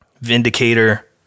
Vindicator